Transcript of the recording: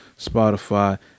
Spotify